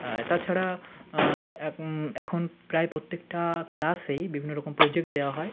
আয় তাছাড়া অ্যা এখন প্রায় প্রত্যেকটা ক্লাসেই বিভিন্ন রকম প্রোজেক্ট দেওয়া হয়